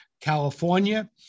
California